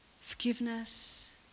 forgiveness